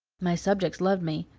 my subjects loved me,